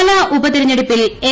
പാലാ ഉപതെരഞ്ഞെടുപ്പിൽ എൽ